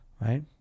right